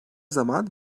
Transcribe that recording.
zaman